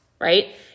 right